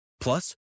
Plus